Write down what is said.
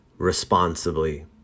responsibly